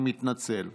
מתנצל.